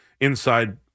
inside